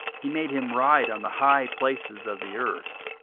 he made him ride on the high places of the earth,